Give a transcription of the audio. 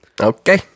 okay